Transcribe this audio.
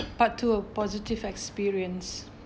part two positive experience